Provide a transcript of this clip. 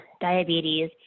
diabetes